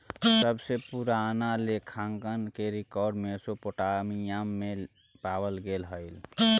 सबसे पूरान लेखांकन के रेकॉर्ड मेसोपोटामिया में पावल गेले हलइ